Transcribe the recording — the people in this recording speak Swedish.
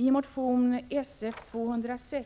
I motion Sf206